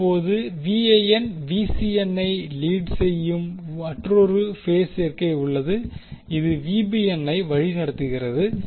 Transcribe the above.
இப்போது I lead செய்யும் மற்றொரு பேஸ் சேர்க்கை உள்ளது இது ஐ வழிநடத்துகிறது